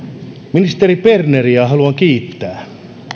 ministeri berneriä haluan kiittää